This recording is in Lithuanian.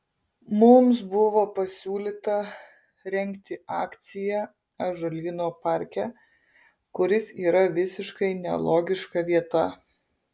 mums buvo pasiūlyta rengti akciją ąžuolyno parke kuris yra visiškai nelogiška vieta